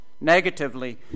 negatively